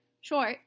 short